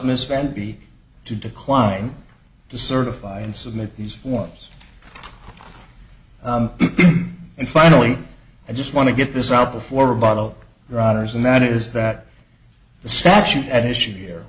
misspent be to decline to certify and submit these forms and finally i just want to get this out before roboto riders and that is that the statute at issue here